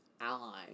allies